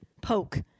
poke